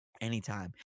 anytime